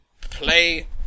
play